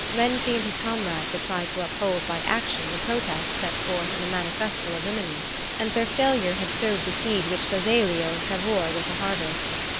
renzi and his comrades had tried to uphold by action the protest set forth in the manifesto of rimini and their failure had sowed the seed which d'azeglio and cavour were to harvest.